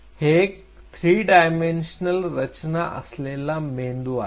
हे एक three dimensional रचना असलेला मेंदू आहे